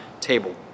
table